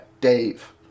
Dave